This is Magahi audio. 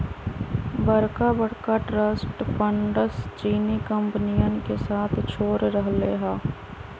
बड़का बड़का ट्रस्ट फंडस चीनी कंपनियन के साथ छोड़ रहले है